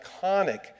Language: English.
iconic